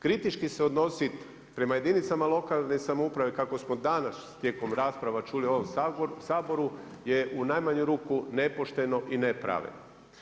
Kritički se odnositi prema jedinicama lokalne samouprave kako smo danas tijekom rasprava čuli u ovom Saboru je u najmanju ruku nepošteno i nepravedno.